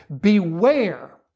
Beware